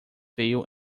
veio